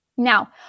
Now